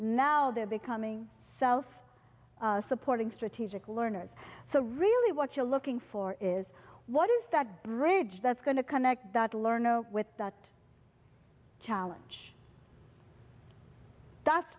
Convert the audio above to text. now they're becoming self supporting strategic learners so really what you're looking for is what is that bridge that's going to connect that learn no with that challenge that's